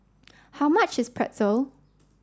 how much is Pretzel